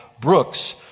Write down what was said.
Brooks